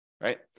right